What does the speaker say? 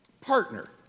Partner